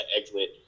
excellent